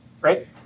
Right